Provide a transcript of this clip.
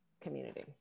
community